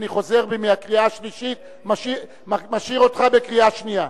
אני חוזר בי מהקריאה השלישית ומשאיר אותך בקריאה שנייה.